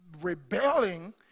rebelling